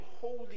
holy